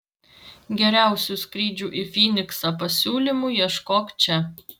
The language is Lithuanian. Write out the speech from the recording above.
geriausių skrydžių į fyniksą pasiūlymų ieškok čia